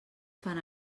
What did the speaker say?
fan